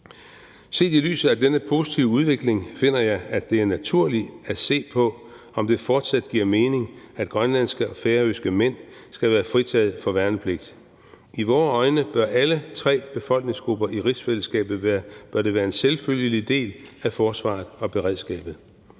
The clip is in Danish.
Set i lyset af denne positive udvikling finder jeg, at det er naturligt at se på, om det fortsat giver mening, at grønlandske og færøske mænd skal være fritaget fra værnepligt. I vore øjne bør alle tre befolkningsgrupper i rigsfællesskabet være en selvfølgelig del af forsvaret og beredskabet.